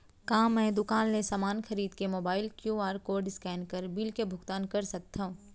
का मैं दुकान ले समान खरीद के मोबाइल क्यू.आर कोड स्कैन कर बिल के भुगतान कर सकथव?